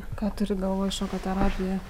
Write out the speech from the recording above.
ką turi galvoj šoko terapija